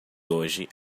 hoje